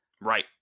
Right